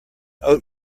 oat